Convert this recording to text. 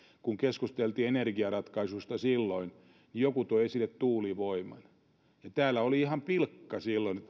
kun keskusteltiin energiaratkaisuista silloin joku toi esille tuulivoiman ja täällä oli ihan pilkkaa silloin